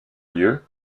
lieu